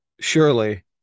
surely